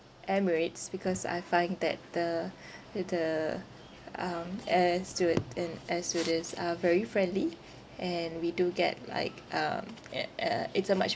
Emirates because I find that the th~ the um air steward and air stewardess are very friendly and we do get like um ya uh it's a much